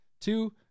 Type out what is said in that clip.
two